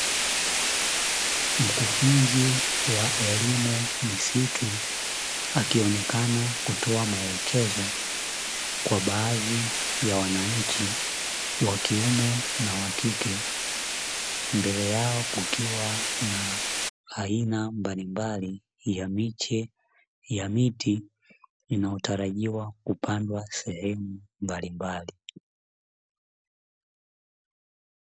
Mkufunzi wa elimu misitu akionekana kutoa maelekezo kwa baadhi ya wananchi wakiume na wakike, mbele yao kukiwa na aina mbalimbali ya miche ya miti, inayotarajiwa kupandwa sehemu mbalimbali.